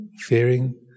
fearing